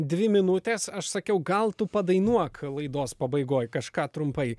dvi minutes aš sakiau gal tu padainuok laidos pabaigoj kažką trumpai